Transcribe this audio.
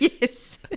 Yes